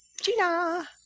Gina